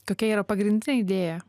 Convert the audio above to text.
kokia yra pagrindinė idėja